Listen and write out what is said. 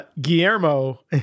Guillermo